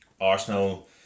Arsenal